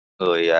người